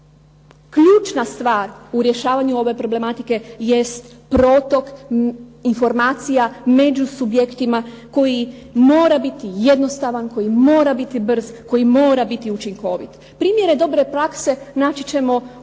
Ključna stvar u rješavanju ove problematike jest protok informacija među subjektima koji mora biti jednostavan, koji mora biti brz, koji mora biti učinkovit.